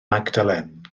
magdalen